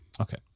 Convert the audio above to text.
okay